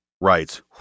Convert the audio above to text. writes